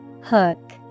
Hook